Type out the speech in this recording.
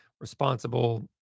responsible